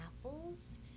apples